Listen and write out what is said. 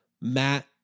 Matt